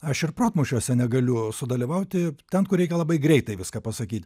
aš ir protmūšiuose negaliu sudalyvauti ten kur reikia labai greitai viską pasakyti